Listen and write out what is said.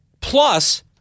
plus